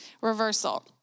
reversal